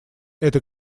эта